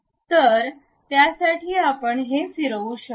तर त्यासाठी आपण हे फिरवू शकतो